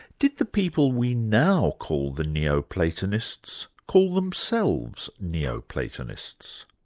did the people we now call the neo-platonists call themselves neo-platonists?